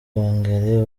kongere